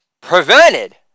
prevented